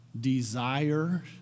desire